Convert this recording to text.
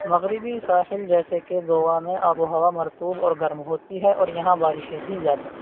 مغربی ساحل جیسے کہ گوا میں آب و ہوا مرطوب اور گرم ہوتی ہے اور یہاں بارشیں بھی زیادہ ہوتی ہیں